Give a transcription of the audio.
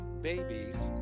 babies